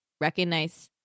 recognize